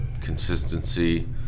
consistency